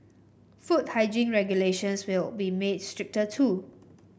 food hygiene regulations will be made stricter too